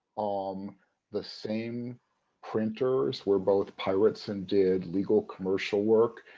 um the same printers were both pirates and did legal commercial work,